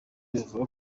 bivugwa